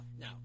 No